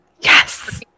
Yes